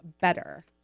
better